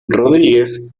rodríguez